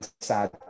sad